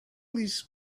these